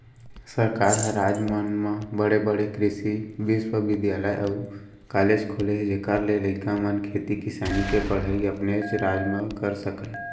सरकार ह राज मन म बड़े बड़े कृसि बिस्वबिद्यालय अउ कॉलेज खोले हे जेखर ले लइका मन खेती किसानी के पड़हई अपनेच राज म कर सकय